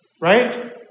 Right